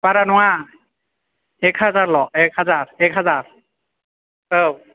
बारा नङा एकहाजार ल' एकहाजार एकहाजार औ